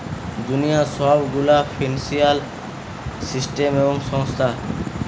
দুনিয়ার সব গুলা ফিন্সিয়াল সিস্টেম এবং সংস্থা